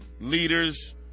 leaders